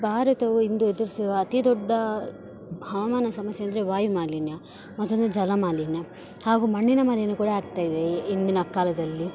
ಭಾರತವು ಇಂದು ಎದುರಿಸಿರುವ ಅತೀ ದೊಡ್ಡ ಹವಾಮಾನ ಸಮಸ್ಯೆ ಅಂದರೆ ವಾಯು ಮಾಲಿನ್ಯ ಮತ್ತೊಂದು ಜಲ ಮಾಲಿನ್ಯ ಹಾಗೂ ಮಣ್ಣಿನ ಮಾಲಿನ್ಯ ಕೂಡ ಆಗ್ತಾಯಿದೆ ಇಂದಿನ ಕಾಲದಲ್ಲಿ